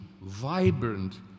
vibrant